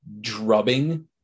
drubbing